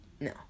No